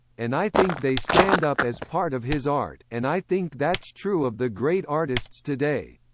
and i think they stand up as part of his art, and i think that's true of the great artists today.